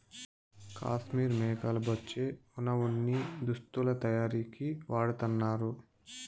కాశ్మీర్ మేకల బొచ్చే వున ఉన్ని దుస్తులు తయారీకి వాడతన్నారు